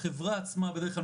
החברה עצמה בדרך כלל,